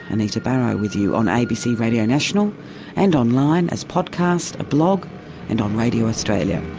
anita barraud with you on abc radio national and online, as podcast, a blog and on radio australia.